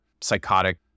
psychotic